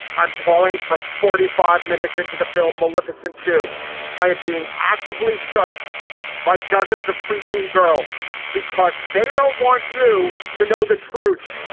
i'm calling from forty five minutes into the film maleficent to i am being actively shushed by dozens of pre-teen girls because they don't want you to know the truth.